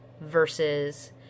versus